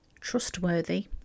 trustworthy